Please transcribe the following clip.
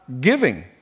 Giving